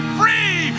free